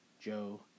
Joe